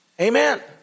Amen